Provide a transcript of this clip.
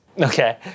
Okay